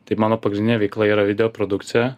tai mano pagrindinė veikla yra videoprodukcija